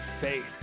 Faith